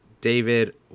david